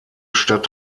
stadt